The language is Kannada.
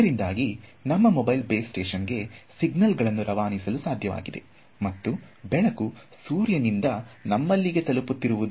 ಇದರಿಂದಾಗಿ ನಮ್ಮ ಮೊಬೈಲ್ ಬೇಸ್ ಸ್ಟೇಷನ್ಗೆ ಸಿಗ್ನಲ್ ಗಳನ್ನು ರವಾನಿಸಲು ಸಾಧ್ಯವಾಗಿದೆ ಮತ್ತು ಬೆಳಕು ಸೂರ್ಯನಿಂದ ನಮ್ಮಲ್ಲಿಗೆ ತಲುಪುತ್ತಿರುವುದು